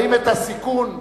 האם את הסיכון לאזרחיה,